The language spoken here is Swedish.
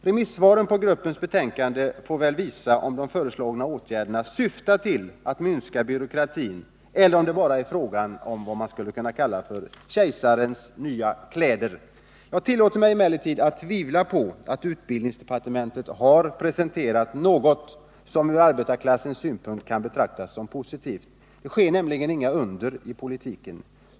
Remissvaren på gruppens betänkande får väl visa om de föreslagna åtgärderna syftar till att minska byråkratin eller om det bara är fråga om något som kan liknas vid berättelsen om Kejsarens nya kläder. Jag tillåter mig emellertid att tvivla på att utbildningsdepartementet har presterat något som ur arbetarklassens synpunkt kan betraktas som positivt. Det sker nämligen inga under i politiken.